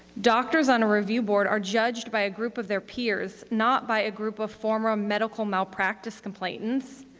doctors on a review board are judged by a group of their peers, not by a group of former um medical malpractice complainants.